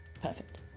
perfect